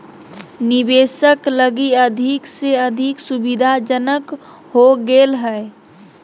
निवेशक लगी अधिक से अधिक सुविधाजनक हो गेल हइ